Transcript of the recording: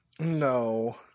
No